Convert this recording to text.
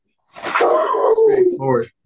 straightforward